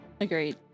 Agreed